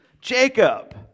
Jacob